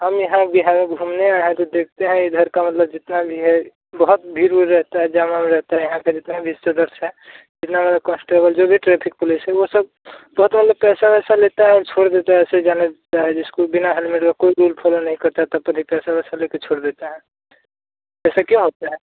हम यहाँ बिहार में घूमने आएँ हैं तो देखते हैं इधर का मतलब जितना भी है बहुत भीड़ उड़ रहता है जाम वाम रहता है यहाँ पर जितने भी सदस्य हैँ जितने भी कॉन्सटेबल जो भी ट्रैफिक पुलिस है वो सब बहुत वाले पैसे वैसे लेते हैँ छोड़ देते हैँ ऐसे ही जाने देते हैँ जिसको बिना हेलमेट का कोई रुल फ़ॉलो नहीं करता है तब पर भी पैसा वैसा लेकर छोड़ देते हैं ऐसा क्यों होता है